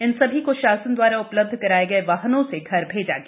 इन सभी को शासन दवारा उपलब्ध कराये गये वाहनों से घर भेजा गया